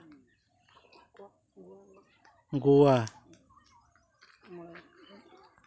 Goa